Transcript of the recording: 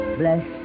bless